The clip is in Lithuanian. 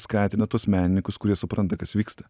skatina tuos menininkus kurie supranta kas vyksta